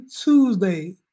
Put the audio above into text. Tuesday